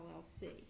LLC